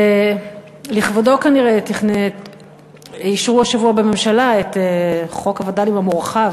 ולכבודו כנראה אישרו השבוע בממשלה את חוק הווד"לים המורחב,